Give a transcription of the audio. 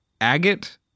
agate